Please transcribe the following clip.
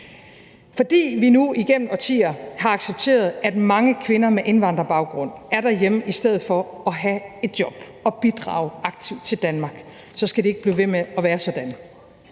Fordi vi nu igennem årtier har accepteret, at mange kvinder med indvandrerbaggrund er derhjemme i stedet for at have et job og bidrage aktivt til Danmark, skal det ikke blive ved med at være sådan.